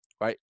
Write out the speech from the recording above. right